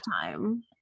time